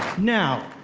now,